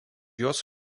juos